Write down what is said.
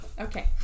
Okay